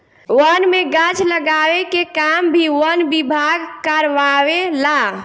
वन में गाछ लगावे के काम भी वन विभाग कारवावे ला